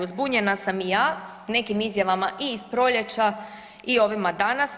Zbunjena sam i ja nekim izjavama i iz proljeća i ovima danas.